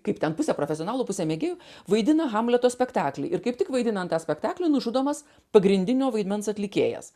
kaip ten pusė profesionalų pusė mėgėjų vaidina hamleto spektaklį ir kaip tik vaidinant tą spektaklį nužudomas pagrindinio vaidmens atlikėjas